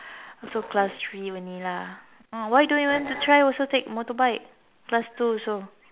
so class three only lah mm why don't you want to try also take motorbike class two also